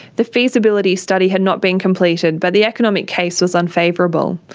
the feasibility study had not been completed, but the economic case was unfavourable.